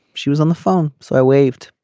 she was on the phone so i waved.